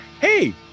hey